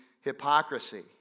hypocrisy